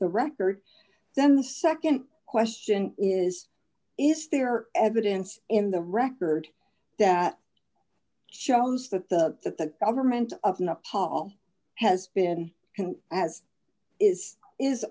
the record then the nd question is if there are evidence in the record that shows that the that the government of nepal has been in as is is